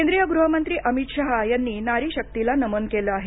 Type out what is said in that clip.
केंद्रीत गृहमंत्री अमित शाह यांनी नारीशक्तीला नमन केलं आहे